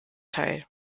teil